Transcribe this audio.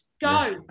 go